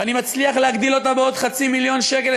ואני מצליח להגדיל אותה בעוד חצי מיליון שקל,